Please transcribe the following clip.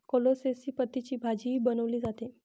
कोलोसेसी पतींची भाजीही बनवली जाते